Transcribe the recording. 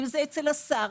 אצל השר,